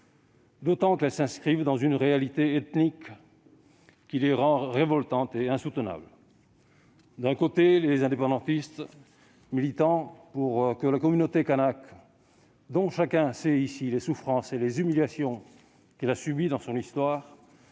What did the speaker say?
d'autant qu'elles s'inscrivent dans une réalité ethnique qui les rend révoltantes et insoutenables. D'un côté, les indépendantistes militent pour que la communauté kanake, dont chacun sait ici les souffrances et les humiliations qu'elle a subies dans son histoire,